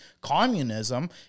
Communism